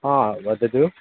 हा वदतु